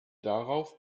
darauf